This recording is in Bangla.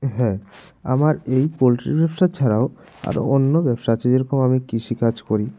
হ্যাঁ আমার এই পোল্ট্রির ব্যবসা ছাড়াও আরও অন্য ব্যবসা আছে যেরকম আমি কৃষিকাজ করি